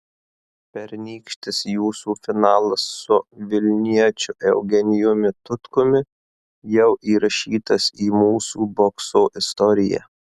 pernykštis jūsų finalas su vilniečiu eugenijumi tutkumi jau įrašytas į mūsų bokso istoriją